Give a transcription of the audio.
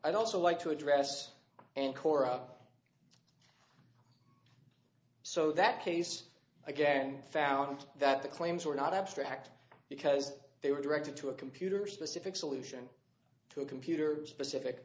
i'd also like to address and cora so that case again found that the claims were not abstract because they were directed to a computer specific solution to a computer specific